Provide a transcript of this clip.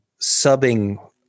subbing